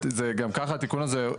גם ככה התיקון הזה,